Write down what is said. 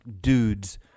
dudes